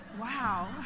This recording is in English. wow